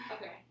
Okay